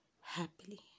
happily